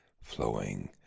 flowing